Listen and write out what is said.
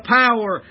power